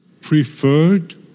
preferred